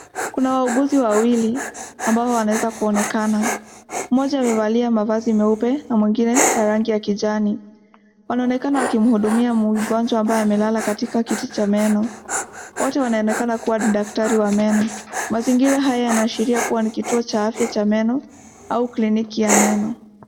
Kuna wauguzi wawili ambao wanaweza kuonekana, mmoja amevalia mavazi meupe na mwengine ya rangi ya kijani. Wanaonekana wakimhudumia mgonjwa ambaye amelala katika kiti cha meno, wote wanaonekana kuwa daktari wa meno. Mazingira haya yanaashiria kuwa ni kituo cha afya cha meno au kliniki ya meno.